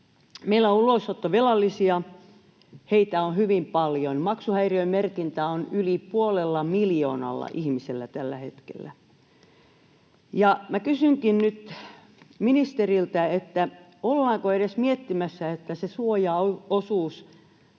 Meillä on ulosottovelallisia, heitä on hyvin paljon. Maksuhäiriömerkintä on yli puolella miljoonalla ihmisellä tällä hetkellä. Kysynkin nyt ministeriltä: ollaanko edes miettimässä, että sitä suojaosuutta